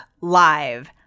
Live